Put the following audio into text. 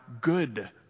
good